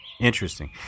interesting